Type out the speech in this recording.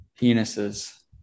penises